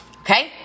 Okay